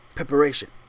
Preparation